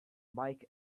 mike